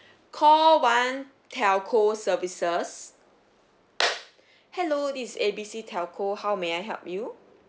call one telco services hello this A B C telco how may I help you